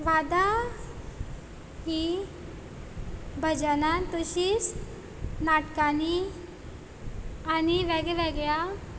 वादा हीं भजनां तशींच नाटकांनी आनी वेगळ्या वेगळ्या